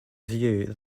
view